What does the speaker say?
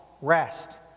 rest